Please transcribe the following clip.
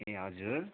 ए हजुर